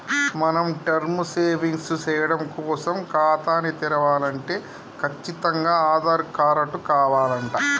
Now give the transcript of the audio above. మనం term savings సేయడం కోసం ఖాతాని తెరవలంటే కచ్చితంగా ఆధార్ కారటు కావాలంట